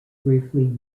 briefly